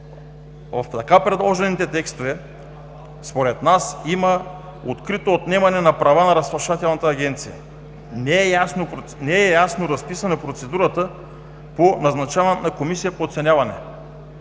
В така предложените текстове според нас има открито отнемане на права на Разплащателната агенция. Не е ясно разписана процедурата по назначаването на Комисия по оценяване.